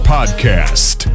Podcast